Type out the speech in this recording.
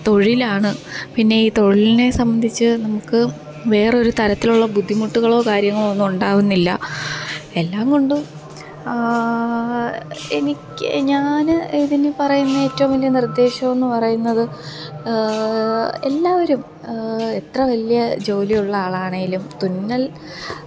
തൊഴിലാണ് പിന്നെയീ തൊഴിലിനെ സംബന്ധിച്ച് നമുക്ക് വേറൊരു തരത്തിലുള്ള ബുദ്ധിമുട്ടുകളോ കാര്യങ്ങളോ ഒന്നും ഉണ്ടാവുന്നില്ല എല്ലാം കൊണ്ടും എനിക്ക് ഞാൻ ഇതിന് പറയുന്ന ഏറ്റവും വലിയ നിര്ദ്ദേശമെന്ന് പറയുന്നത് എല്ലാവരും എത്ര വലിയ ജോലിയുള്ള ആളാണേലും തുന്നല്